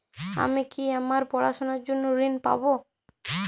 আমি কি আমার পড়াশোনার জন্য ঋণ পাব?